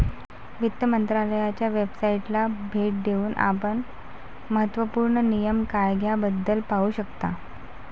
वित्त मंत्रालयाच्या वेबसाइटला भेट देऊन आपण महत्त्व पूर्ण नियम कायद्याबद्दल पाहू शकता